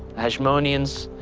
hasmoneans,